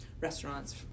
restaurants